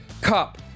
Cup